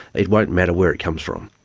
it won't matter where it comes from.